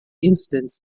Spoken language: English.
incidents